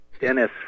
Dennis